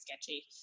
sketchy